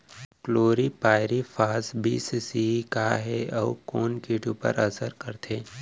Chlorpyrifos बीस CE का हे अऊ ए कोन किट ऊपर असर करथे?